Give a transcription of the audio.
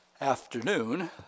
afternoon